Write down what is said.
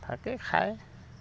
ভাতেই খায়